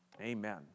Amen